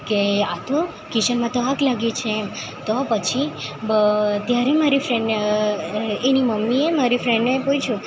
કે આ તો કિચનમાં તો આગ લાગી છે એમ તો પછી ત્યારે મારી ફ્રેન્ડને એની મમ્મીએ મારી ફ્રેન્ડને પૂછ્યું